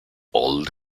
old